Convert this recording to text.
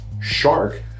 shark